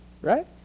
right